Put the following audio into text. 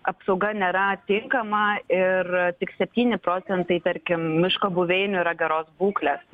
apsauga nėra tinkama ir tik septyni procentai tarkim miško buveinių yra geros būklės